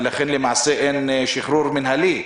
ולכן אין למעשה שחרור מינהלי.